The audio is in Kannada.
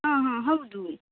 ಹಾಂ ಹಾಂ ಹೌದು